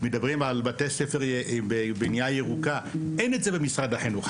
מדברים על בתי ספר בבנייה ירוקה אין את זה במשרד החינוך.